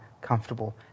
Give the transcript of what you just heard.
comfortable